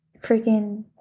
freaking